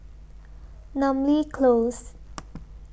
Namly Close